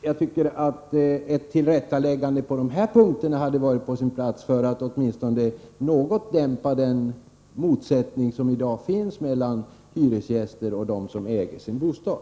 Jag tycker att ett tillrättaläggande på dessa punkter hade varit på sin plats för att åtminstone något dämpa den motsättning som i dag finns mellan hyresgäster och dem som äger sin bostad.